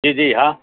જી જી હા